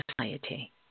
society